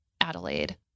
Adelaide